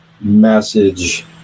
message